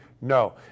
No